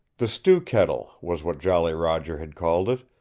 the stew-kettle was what jolly roger had called it,